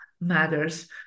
matters